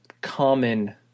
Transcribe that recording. common